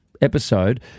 episode